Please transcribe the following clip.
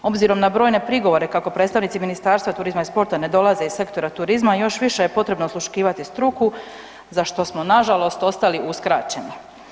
Obzirom na brojne prigovore kako predstavnici Ministarstva turizma i sporta ne dolaze iz sektora turizma, još više je potrebno osluškivati struku za što smo nažalost ostali uskraćeni.